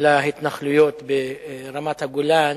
להתנחלויות ברמת-הגולן,